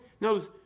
Notice